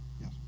Yes